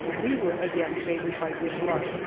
we were again favored by good luck,